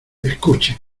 escuchen